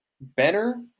better